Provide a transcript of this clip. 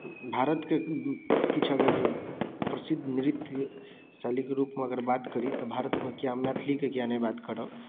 भारतके किछु अगर प्रसिद्ध नृत्य शैलीके रूपमे अगर बात करी तऽ भारतमे किया मैथिलीके किया नहि बात करब